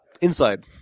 inside